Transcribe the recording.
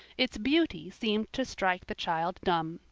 its beauty seemed to strike the child dumb.